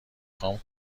خوام